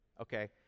Okay